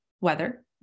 weather